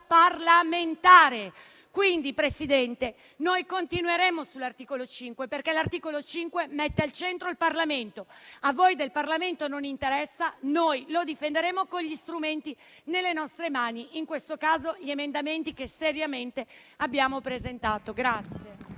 parlamentare. Presidente, noi continueremo sull'articolo 5, perché esso metta al centro il Parlamento. A voi del Parlamento non interessa, noi lo difenderemo con gli strumenti nelle nostre mani, in questo caso gli emendamenti che seriamente abbiamo presentato.